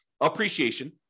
Appreciation